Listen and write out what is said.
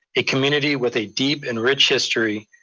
a community with a deep and rich history,